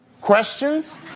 questions